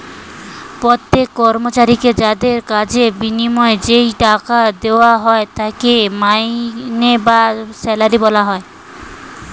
প্রত্যেক কর্মচারীকে তাদের কাজের বিনিময়ে যেই টাকা দেওয়া হয় তাকে মাইনে বা স্যালারি বলা হয়